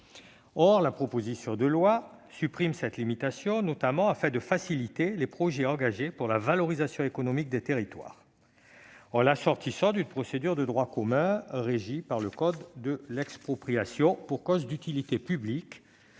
Or la proposition de loi supprime cette limitation, notamment afin de faciliter les projets engagés pour la valorisation économique des territoires, en l'assortissant d'une procédure de droit commun régie par le code de l'expropriation pour cause d'utilité publique